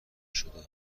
شده